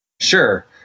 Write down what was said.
Sure